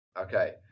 Okay